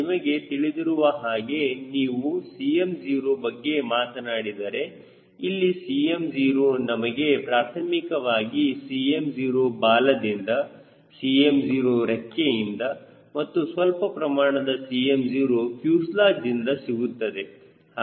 ನಿಮಗೆ ತಿಳಿದಿರುವ ಹಾಗೆ ನೀವು Cm0 ಬಗ್ಗೆ ಮಾತನಾಡಿದರೆ ಇಲ್ಲಿ Cm0 ನಮಗೆ ಪ್ರಾಥಮಿಕವಾಗಿ Cm0 ಬಾಲದಿಂದ Cm0 ರೆಕ್ಕೆಯಿಂದ ಮತ್ತು ಸ್ವಲ್ಪ ಪ್ರಮಾಣದ Cm0 ಫ್ಯೂಸೆಲಾಜ್ದಿಂದ ಸಿಗುತ್ತದೆ